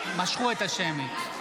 משכו את השמית.